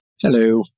Hello